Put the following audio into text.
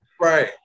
Right